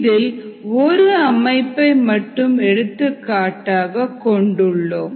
இதில் ஒரு அமைப்பை மட்டும் எடுத்துக்காட்டாக கொண்டுள்ளோம்